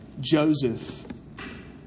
Joseph